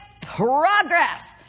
progress